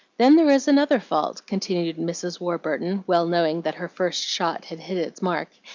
then there is another fault, continued mrs. warburton, well knowing that her first shot had hit its mark,